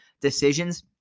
decisions